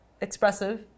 expressive